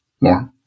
More